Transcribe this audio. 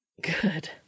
Good